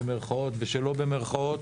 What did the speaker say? במרכאות ושלא במרכאות.